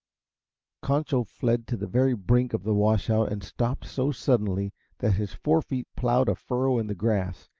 concho fled to the very brink of the washout and stopped so suddenly that his forefeet plowed a furrow in the grass,